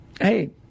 Hey